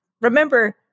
Remember